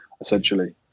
essentially